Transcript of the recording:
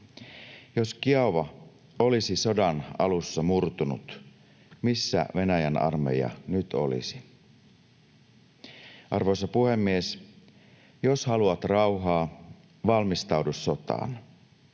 Jos Kiova olisi sodan alussa murtunut, missä Venäjän armeija nyt olisi? Arvoisa puhemies! Jos haluat rauhaa, valmistaudu sotaan